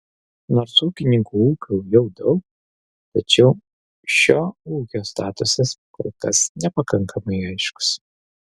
nors ūkininkų ūkių jau daug tačiau šio ūkio statusas kol kas nepakankamai aiškus